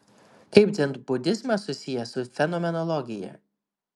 kaip dzenbudizmas susijęs su fenomenologija